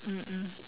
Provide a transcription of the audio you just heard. mm mm